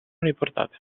riportate